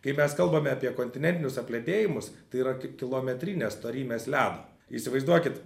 kai mes kalbame apie kontinentinius apledėjimus tai yra kilometrinės storymės ledo įsivaizduokit